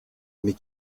mais